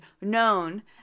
known